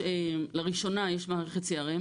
לראשונה יש מערכת CRM,